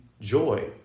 joy